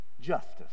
justice